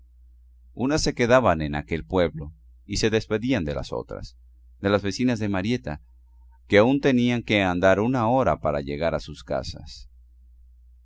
unas se quedaban en aquel pueblo y se despedían de las otras de las vecinas de marieta que aún tenían que andar una hora para llegar a sus casas